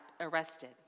arrested